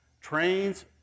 trains